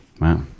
Wow